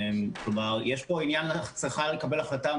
כלומר, יש פה עניין שצריך לקבל החלטה.